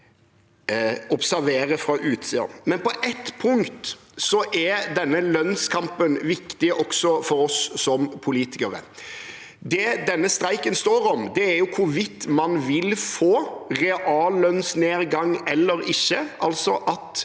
observere fra utsiden. Men på ett punkt er denne lønnskampen viktig også for oss som politikere. Det denne streiken står om, er hvorvidt man vil få reallønnsnedgang eller ikke, altså om